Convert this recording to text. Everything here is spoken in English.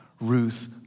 Ruth